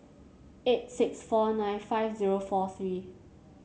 eight six four nine five zero four three